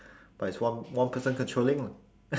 but it's one one person controlling lah